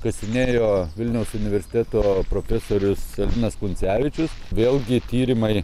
kasinėjo vilniaus universiteto profesorius albinas kuncevičius vėlgi tyrimai